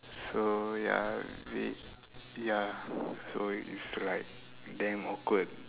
so ya we ya so is like damn awkward